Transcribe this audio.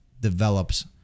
develops